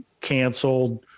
canceled